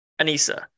Anissa